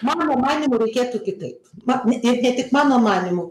mano ma manymu reikėtų kitaip na ne ne tik mano manymu